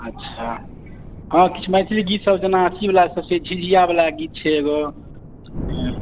अच्छा हँ किछु मैथिली गीतसभ जेना अथिवला सभ छै झिझियावला गीत छै एगो